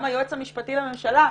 גם היועץ המשפטי לממשלה,